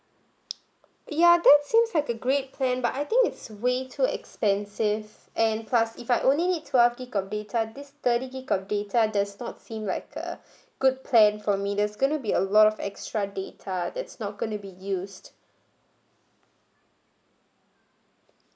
ya that seems like a great plan but I think it's way too expensive and plus if I only need twelve gigabyte of data this thirty gigabyte of data does not seem like a good plan for me that's going to be a lot of extra data that's not going to be used